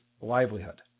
livelihood